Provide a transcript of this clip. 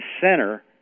center